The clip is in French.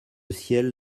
ciel